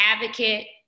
advocate